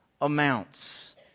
amounts